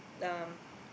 um